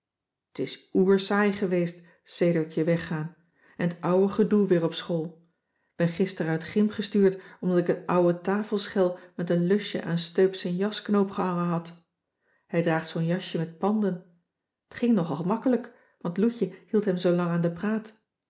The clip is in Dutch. t is oer saai geweest sedert je weggaan en t ouwe gedoe weer op school k ben gister uit gym gestuurd omdat ik een ouwe tafelschel met een lusje aan steub zijn jasknoop gehangen had hij draagt zoo'n jasje met panden t ging nogal gemakkelijk want loutje hield hem zoolang aan den praat